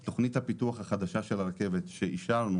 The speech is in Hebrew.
אז תוכנית הפיתוח החדשה של הרכבת שאושרה,